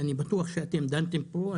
אני בטוח שדנתם פה.